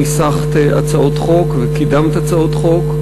ניסחת הצעות חוק וקידמת הצעות חוק,